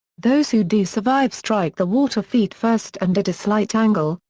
those who do survive strike the water feet-first and at a slight angle,